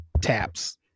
taps